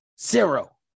zero